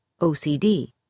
OCD